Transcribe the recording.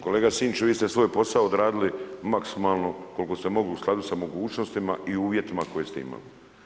Kolega Sinčić, vi ste svoj posao odradili maksimalno koliko ste mogli u skladu sa mogućnostima i uvjetima koje ste imali.